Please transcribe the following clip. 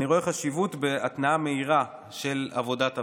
אני רואה חשיבות בהתנעה מהירה של עבודת הוועדות.